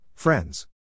Friends